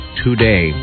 today